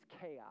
chaos